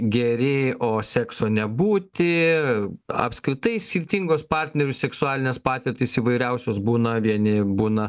geri o sekso nebūti apskritai skirtingos partnerių seksualinės patirtys įvairiausios būna vieni būna